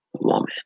woman